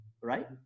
Right